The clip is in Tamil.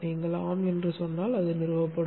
நீங்கள் ஆம் என்று சொன்னால் அது நிறுவப்படும்